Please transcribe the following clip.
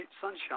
Sunshine